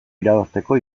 irabazteko